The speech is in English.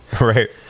Right